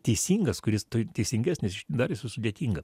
teisingas kuris teisingesnis darėsi sudėtinga